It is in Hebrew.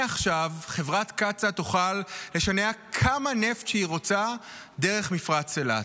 ומעכשיו חברת קצא"א תוכל לשנע כמה נפט שהיא רוצה דרך מפרץ אילת.